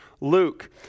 Luke